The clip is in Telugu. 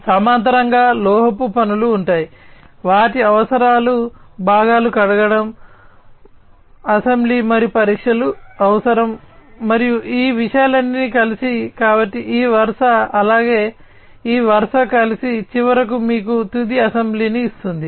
సమాంతరంగా లోహపు పనులు ఉంటాయి వాటి అవసరాలు భాగాలు కడగడం అసెంబ్లీ మరియు పరీక్షలు అవసరం మరియు ఈ విషయాలన్నీ కలిసి కాబట్టి ఈ వరుస అలాగే ఈ వరుస కలిసి చివరకు మీకు తుది అసెంబ్లీని ఇస్తుంది